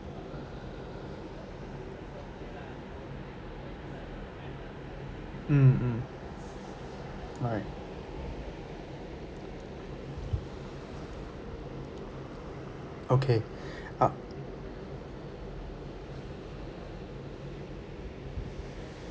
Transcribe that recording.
mm mm alright okay uh